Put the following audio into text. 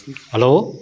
hello